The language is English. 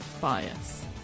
bias